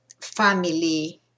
family